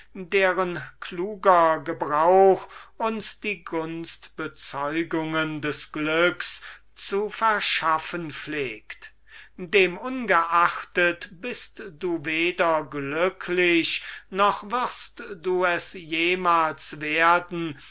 deren kluger gebrauch uns die gunstbezeugungen des glücks zu verschaffen pflegt dem ungeachtet bist du weder glücklich noch hast du die miene es jemals zu werden